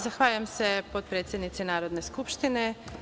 Zahvaljujem se potpredsednici Narodne skupštine.